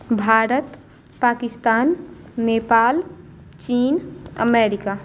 भारत पाकिस्तान नेपाल चीन अमेरिका